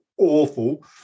Awful